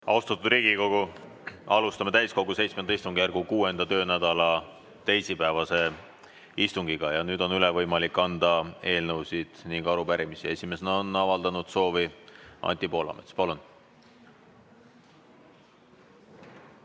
Austatud Riigikogu! Alustame täiskogu VII istungjärgu 6. töönädala teisipäevast istungit. Ja nüüd on võimalik üle anda eelnõusid ning arupärimisi. Esimesena on avaldanud soovi Anti Poolamets. Palun!